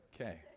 okay